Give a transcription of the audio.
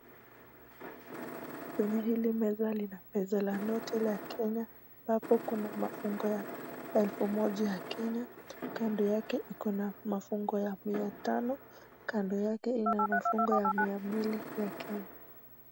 Kwenye hili meza lina pesa la noti la Kenya ambapo kuna mafungo ya elfu moja ya Kenya, kando yake ikona mafungo ya mia tano, kando yake ina mafungo ya mia mbili ya Kenya.